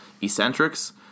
eccentrics